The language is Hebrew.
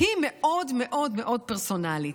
היא מאוד מאוד מאוד פרסונלית.